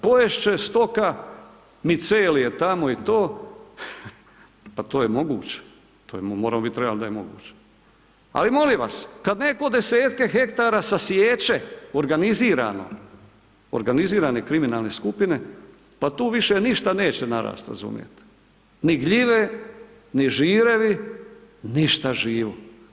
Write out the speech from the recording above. Pojest će stoka micelije tamo i to, pa to je moguće, moramo bit realni da je moguće ali molim vas, kad netko desetke hektara sasiječe organizirano, organizirane kriminalne skupine, pa tu više ništa neće narasti, razumijete, ni gljive ni žirevi, ništa živo.